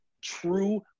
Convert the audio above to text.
true